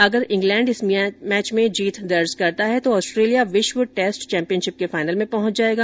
अगर इंग्लैण्ड इस मैच में जीत दर्ज करता है तो ऑस्ट्रेलिया विश्व टैस्ट चैम्पियनशिप के फाइनल में पहंच जाएगा